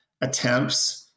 attempts